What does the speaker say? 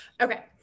okay